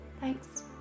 Thanks